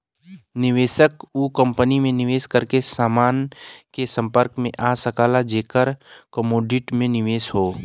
निवेशक उ कंपनी में निवेश करके समान के संपर्क में आ सकला जेकर कमोडिटी में निवेश हौ